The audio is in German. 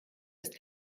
ist